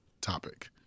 topic